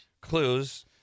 clues